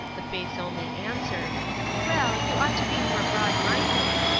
the face only answered well, you ought to be more broadminded.